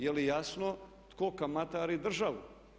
Je li jasno tko kamatari državu?